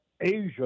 Asia